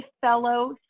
fellow